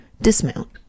dismount